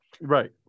Right